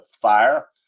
fire